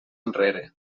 enrere